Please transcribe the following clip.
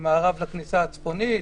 ממערב לכניסה הצפונית,